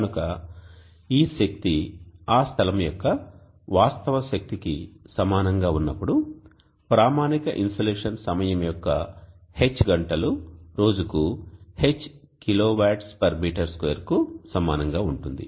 కనుక ఈ శక్తి ఆ స్థలం యొక్క వాస్తవ శక్తికి సమానంగా ఉన్నప్పుడు ప్రామాణిక ఇన్సోలేషన్ సమయం యొక్క H గంటలు రోజుకు H kWm2 కు సమానంగా ఉంటుంది